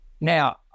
Now